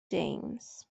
james